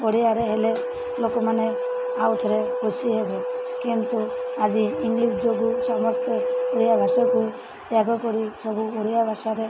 ଓଡ଼ିଆରେ ହେଲେ ଲୋକମାନେ ଆଉ ଥରେ ଖୁସି ହେବେ କିନ୍ତୁ ଆଜି ଇଂଲିଶ୍ ଯୋଗୁଁ ସମସ୍ତେ ଓଡ଼ିଆ ଭାଷାକୁ ତ୍ୟାଗ କରି ସବୁ ଓଡ଼ିଆ ଭାଷାରେ